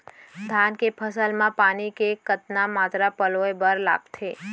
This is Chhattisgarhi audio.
धान के फसल म पानी के कतना मात्रा पलोय बर लागथे?